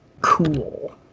cool